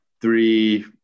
three